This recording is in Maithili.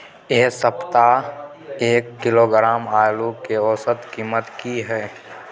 ऐ सप्ताह एक किलोग्राम आलू के औसत कीमत कि हय?